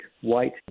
white